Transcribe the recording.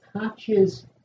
touches